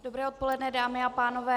Dobré odpoledne, dámy a pánové.